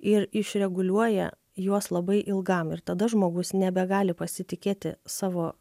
ir išreguliuoja juos labai ilgam ir tada žmogus nebegali pasitikėti savo